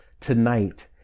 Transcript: tonight